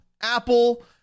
Apple